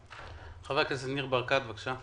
חבר הכנסת ניר ברקת, בבקשה.